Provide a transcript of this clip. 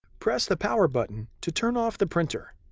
press the power button to turn off the printer.